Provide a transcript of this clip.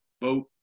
vote